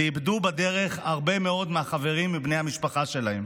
ואיבדו בדרך הרבה מאוד מהחברים ומבני המשפחה שלהם.